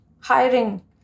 hiring